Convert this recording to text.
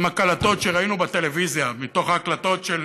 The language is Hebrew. עם ההקלטות שראינו בטלוויזיה, מתוך ההקלטות של